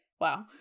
wow